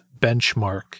benchmark